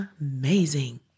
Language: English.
amazing